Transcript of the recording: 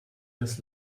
das